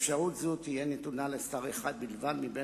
אפשרות זו תהיה נתונה לשר אחד בלבד מבין